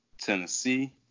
Tennessee